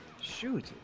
shoot